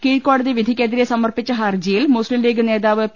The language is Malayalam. കീഴ്ക്കോടതി വിധിക്കെതിരെ സമർപ്പിച്ച ഹർജിയിൽ മുസ്ലിംലീഗ് നേതാവ് പി